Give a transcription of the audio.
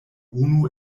unu